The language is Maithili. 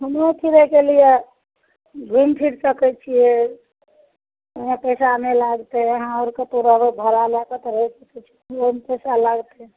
घुमओ फिरयके लिये घुमि फिर सकय छियै उहाँ पैसा नहि लागतय अहाँ आओर कतहु रहबय भारा लए कऽ तऽ रहि सकय छियै पैसा लागतय